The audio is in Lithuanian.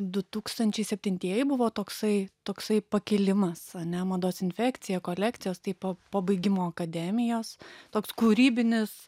du tūkstančiai septintieji buvo toksai toksai pakilimas ane mados infekcija kolekcijos taip po po baigimo akademijos toks kūrybinis